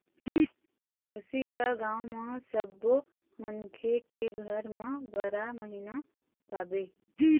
गोरसी ल गाँव म सब्बो मनखे के घर म बारा महिना पाबे